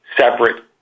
separate